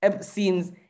scenes